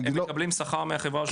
הם מקבלים שכר מהחברה שלך?